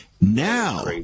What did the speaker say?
Now